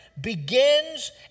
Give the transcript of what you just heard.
Begins